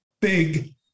big